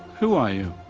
who are you?